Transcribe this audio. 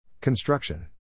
Construction